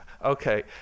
Okay